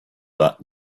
that